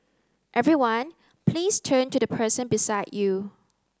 everyone please turn to the person beside you